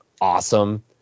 awesome